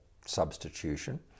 substitution